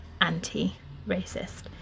anti-racist